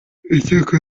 icyakora